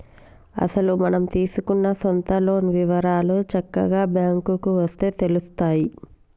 అసలు మనం తీసుకున్న సొంత లోన్ వివరాలు చక్కగా బ్యాంకుకు వస్తే తెలుత్తాయి